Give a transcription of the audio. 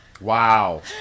Wow